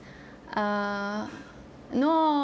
err no